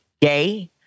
Gay